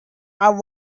are